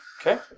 Okay